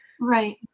Right